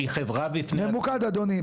ממוקד אדוני.